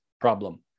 problem